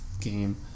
game